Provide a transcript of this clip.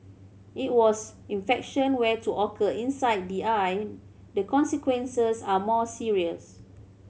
it was infection were to occur inside the eye the consequences are more serious